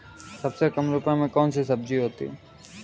सबसे कम रुपये में कौन सी सब्जी होती है?